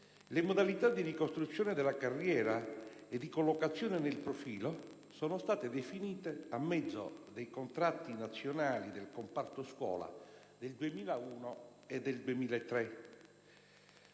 Le modalità di ricostruzione della carriera e di collocazione nel profilo sono state definite a mezzo dei contratti nazionali del comparto scuola del 2001 e del 2003.